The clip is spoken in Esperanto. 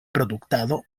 produktado